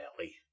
Ellie